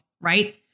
Right